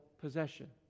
possession